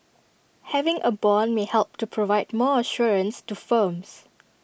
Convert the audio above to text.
having A Bond may help to provide more assurance to firms